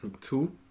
Two